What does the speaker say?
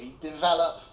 develop